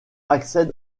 accèdent